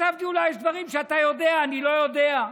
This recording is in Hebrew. חשבתי שאולי יש דברים שאתה יודע ואני לא יודע,